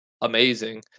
amazing